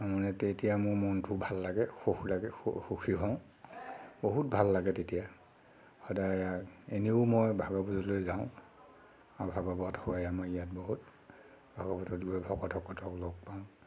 মানে তেতিয়া মোৰ মনটো ভাল লাগে সুখ লাগে সু সুখী হওঁ বহুত ভাল লাগে তেতিয়া সদায়েই এনেও মই ভাগৱতলৈ যাওঁ আৰু ভাগৱত হয় আমাৰ ইয়াত বহুত ভাগৱতৰ গৈ ভকতসকলক লগ পাওঁ